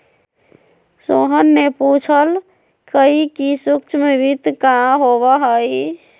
सोहन ने पूछल कई कि सूक्ष्म वित्त का होबा हई?